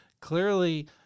clearly